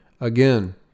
again